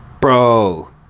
Bro